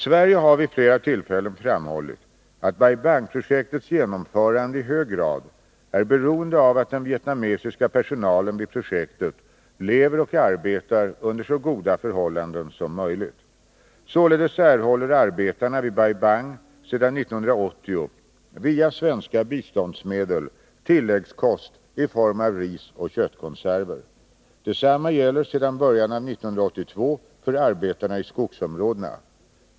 Sverige har vid flera tillfällen framhållit att Bai Bang-projektets genomförande i hög grad är beroende av att den vietnamesiska personalen vid projektet lever och arbetar under så goda förhållanden som möjligt. Således erhåller arbetarna vid Bai Bang sedan 1980 via svenska biståndsmedel tilläggskost i form av ris och köttkonserver. Detsamma gäller sedan början av 1982 för arbetarna i skogsområdena.